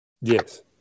Yes